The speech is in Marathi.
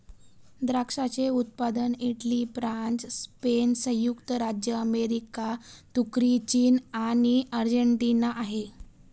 द्राक्षाचे उत्पादक इटली, फ्रान्स, स्पेन, संयुक्त राज्य अमेरिका, तुर्की, चीन आणि अर्जेंटिना आहे